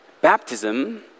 Baptism